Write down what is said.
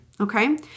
Okay